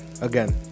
again